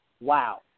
wow